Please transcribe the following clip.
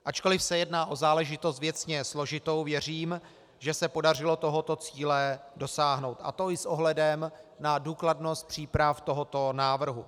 Ačkoli se jedná o záležitost věcně složitou, věřím, že se podařilo tohoto cíle dosáhnout, a to i s ohledem na důkladnost příprav tohoto návrhu.